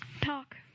Talk